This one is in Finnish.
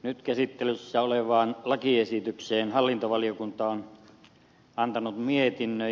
nyt käsittelyssä olevasta lakiesityksestä hallintovaliokunta on antanut mietinnön